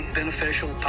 beneficial